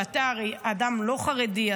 ואתה הרי אדם לא חרדי,